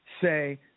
say